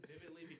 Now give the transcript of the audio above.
vividly